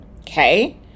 Okay